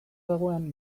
gauean